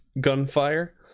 Gunfire